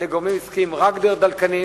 לגורמים עסקיים רק בדלקנים.